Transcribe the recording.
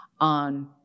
on